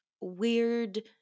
weird